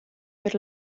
per